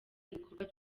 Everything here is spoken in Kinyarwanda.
ibikorwa